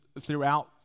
throughout